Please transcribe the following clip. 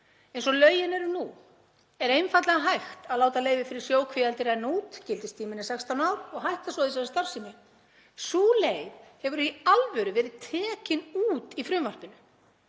Eins og lögin eru nú er einfaldlega hægt að láta leyfi fyrir sjókvíaeldi renna út, gildistíminn er 16 ár, og hætta svo þessari starfsemi. Sú leið hefur í alvöru verið tekin út í frumvarpinu.